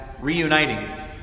Reuniting